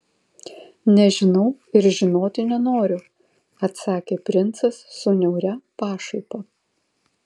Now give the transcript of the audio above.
nežinau ir žinoti nenoriu atsakė princas su niauria pašaipa